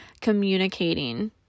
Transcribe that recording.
communicating